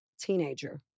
teenager